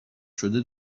شده